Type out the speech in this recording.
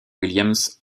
williams